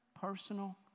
personal